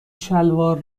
شلوار